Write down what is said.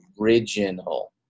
original